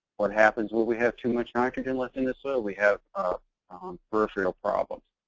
what happens when we have too much nitrogen left in the soil? we have ah um peripheral problems.